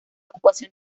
ocupación